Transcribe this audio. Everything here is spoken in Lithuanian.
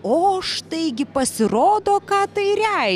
o štai gi pasirodo ką tai reiškia